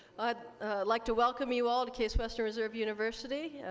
i'd like to welcome you all to case western reserve university.